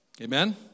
Amen